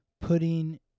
putting